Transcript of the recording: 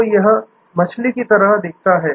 तो यह मछली की तरह दिखता है